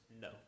No